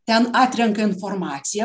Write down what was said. ten atrenka informaciją